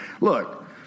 look